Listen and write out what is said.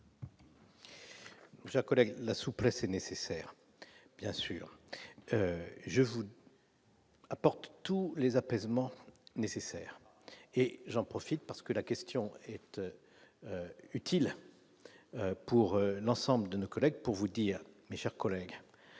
Jacques Olek la souplesse est nécessaire, bien sûr, je vous. Apporte tous les apaisements nécessaires et j'en profite parce que la question est utile pour l'ensemble de nos collègues pour vous dire mais chers collègues